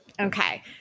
Okay